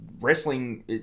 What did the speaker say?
wrestling